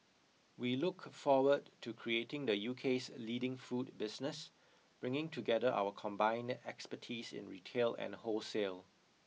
we look forward to creating the UK's leading food business bringing together our combined expertise in retail and wholesale